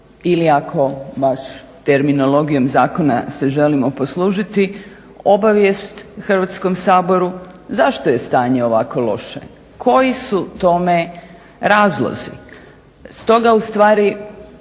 ili ako baš terminologijom zakona se želimo poslužiti obavijest Hrvatskom saboru zašto je stanje ovako loše, koji su tome razlozi.